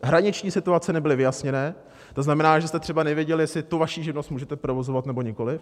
Hraniční situace nebyly vyjasněné, to znamená, že jste třeba nevěděli, jestli tu vaši živnost můžete provozovat, nebo nikoliv.